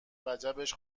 وجبش